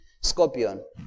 scorpion